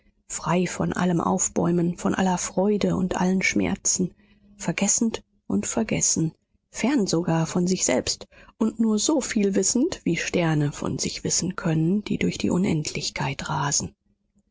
frei von allem aufbäumen von aller freude und allen schmerzen vergessend und vergessen fern sogar von sich selbst und nur so viel wissend wie sterne von sich wissen können die durch die unendlichkeit rasen